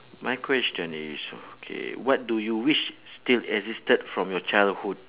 my question is okay what do you wish still existed from your childhood